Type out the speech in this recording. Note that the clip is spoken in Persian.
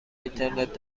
اینترنت